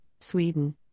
Sweden